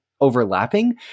overlapping